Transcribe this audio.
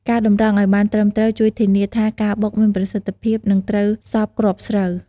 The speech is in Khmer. ការតម្រង់ឱ្យបានត្រឹមត្រូវជួយធានាថាការបុកមានប្រសិទ្ធភាព និងត្រូវសព្វគ្រាប់ស្រូវ។